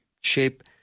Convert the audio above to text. shape